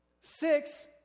six